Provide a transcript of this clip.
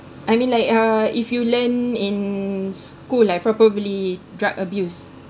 I mean like uh if you learn in school like probably drug abuse